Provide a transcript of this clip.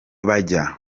bajya